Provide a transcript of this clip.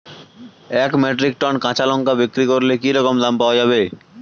এক metric ton কাঁচা লঙ্কা বিক্রি করলে কি রকম দাম পাওয়া যাবে?